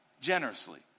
generously